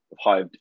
high